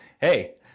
hey